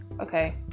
okay